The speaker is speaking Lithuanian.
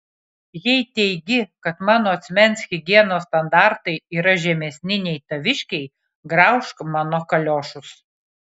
jei teigi kad mano asmens higienos standartai yra žemesni nei taviškiai graužk mano kaliošus